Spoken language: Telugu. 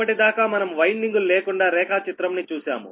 ఇప్పటిదాకా మనము వైన్డింగ్ లు లేకుండా రేఖాచిత్రం ని చూసాము